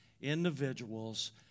individuals